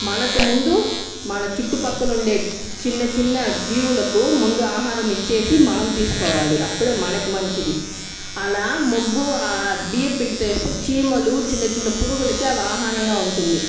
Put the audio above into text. మనకు ముందు మన చుట్టూపక్కల ఉండే చిన్న చిన్న జీవులకు ముందు ఆహారం ఇచ్చేసి మనం తీసుకోవాలి అప్పుడే మనకు మంచిది అలా ముగ్గు బియ్యపు పిండితో వేస్తే చీమలు చిన్న చిన్న పురుగులకు అవి ఆహారంగా ఉంటుంది